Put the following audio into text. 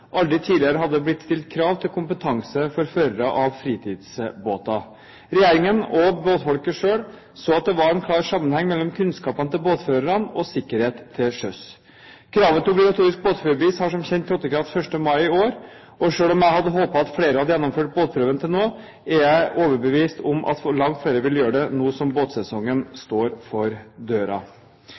tidligere hadde det blitt stilt krav til kompetanse for førere av fritidsbåter. Regjeringen og båtfolket selv så at det var en klar sammenheng mellom kunnskapen til båtførerne og sikkerhet til sjøs. Kravet til obligatorisk båtførerbevis har som kjent trådt i kraft 1. mai i år, og selv om jeg hadde håpet at flere hadde gjennomført båtførerprøven til nå, er jeg overbevist om at langt flere vil gjøre det nå som båtsesongen står for